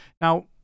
Now